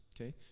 okay